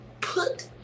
put